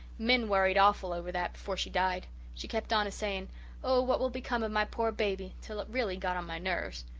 min worried awful over that before she died. she kept on a-saying oh, what will become of my pore baby' till it really got on my nerves.